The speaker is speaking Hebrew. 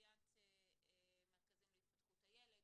העניין של היפגעות ילדים,